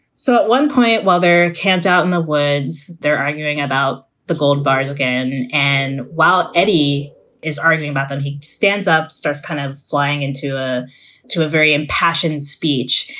so at one point, while they're camped out in the woods, they're arguing about the gold bars again. and while eddie is arguing about them, he stands up, starts kind of flying into ah to a very impassioned speech.